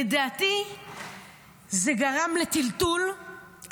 לדעתי זה גרם לטלטול,